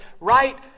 right